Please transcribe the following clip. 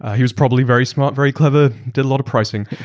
he's probably very smart, very clever, did a lot of pricing.